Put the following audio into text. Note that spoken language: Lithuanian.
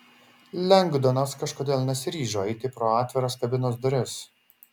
lengdonas kažkodėl nesiryžo eiti pro atviras kabinos duris